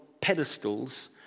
pedestals